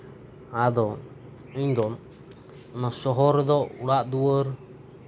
ᱟᱫᱚ ᱤᱧ ᱫᱚ ᱚᱱᱟ ᱥᱚᱦᱚᱨ ᱫᱚ ᱚᱲᱟᱜ ᱫᱩᱣᱟᱹᱨ